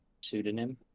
Pseudonym